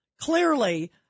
clearly